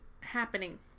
Happening